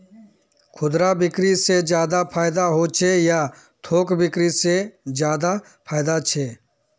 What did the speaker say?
खुदरा बिक्री से ज्यादा फायदा होचे या थोक बिक्री से ज्यादा फायदा छे?